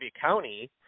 County